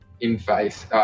in-face